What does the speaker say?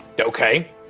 Okay